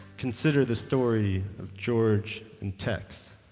consider the story of george and tex